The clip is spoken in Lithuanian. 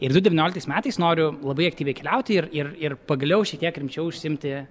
ir du devynioliktais metais noriu labai aktyviai keliauti ir ir ir pagaliau šiek tiek rimčiau užsiimti